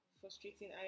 frustrating